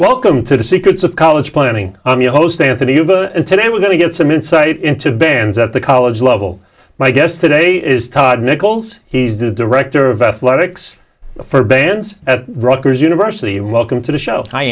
welcome to the secrets of college planning on the host today we're going to get some insight into bands at the college level my guest today is todd nichols he's the director of athletics for bands at rutgers university